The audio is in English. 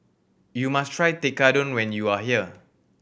you must try Tekkadon when you are here